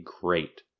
great